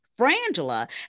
Frangela